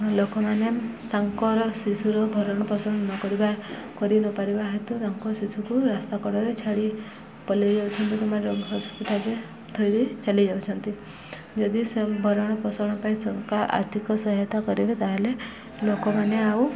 ଲୋକମାନେ ତାଙ୍କର ଶିଶୁର ଭରଣ ପୋଷଣ ନ କରିବା କରି ନପାରିବା ହେତୁ ତାଙ୍କ ଶିଶୁକୁ ରାସ୍ତା କଡ଼ରେ ଛାଡ଼ି ପଳାଇ ଯାଉଛନ୍ତି କ'ଣ ପାଇଁ ରୋଗୀ ହସ୍ପିଟାଲ୍ରେ ଥୋଇଦେଇ ଚାଲି ଯାଉଛନ୍ତି ଯଦି ସେ ଭରଣ ପୋଷଣ ପାଇଁ ସେ ଆର୍ଥିକ ସହାୟତା କରିବେ ତା'ହେଲେ ଲୋକମାନେ ଆଉ